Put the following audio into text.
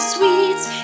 Sweets